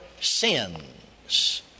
sins